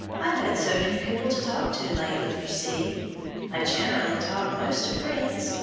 i've had so few people to talk to lately, you see i generally talk most to fritz.